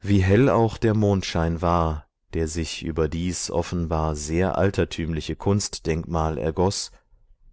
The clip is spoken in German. wie hell auch der mondschein war der sich über dies offenbar sehr altertümliche kunstdenkmal ergoß